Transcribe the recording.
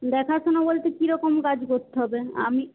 দেখাশুনো বলতে কীরকম কাজ করতে হবে আমি